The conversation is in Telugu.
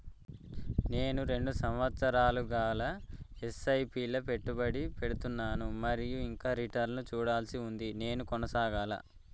నేను రెండు సంవత్సరాలుగా ల ఎస్.ఐ.పి లా పెట్టుబడి పెడుతున్నాను మరియు ఇంకా రిటర్న్ లు చూడాల్సి ఉంది నేను కొనసాగాలా?